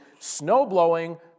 snowblowing